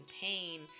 pain